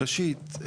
ראשית,